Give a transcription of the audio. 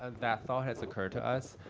ah that thought has occurred to us.